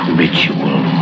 ritual